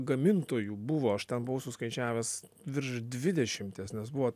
gamintojų buvo aš ten buvau suskaičiavęs virš dvidešimties nes buvo